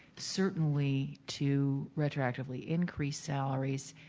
certainly to retractively increase salaries,